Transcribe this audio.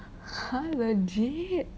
!huh! legit